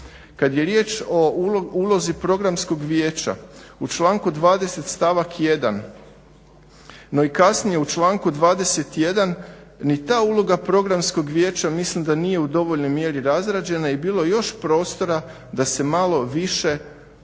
Kada je riječ o ulozi programskog vijeća, u članku 20.stavak 1.no i kasnije u članku 21.ni ta uloga programskog vijeća mislim da nije u dovoljnoj mjeri razrađena i bilo je još prostora da se malo više ne